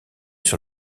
sur